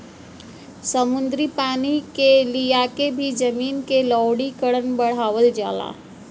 समुद्री पानी के लियाके भी जमीन क लवणीकरण बढ़ावल जाला